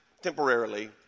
temporarily